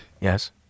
Yes